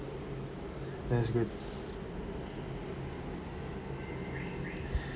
that's good